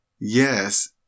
yes